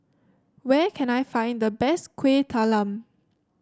where can I find the best Kuih Talam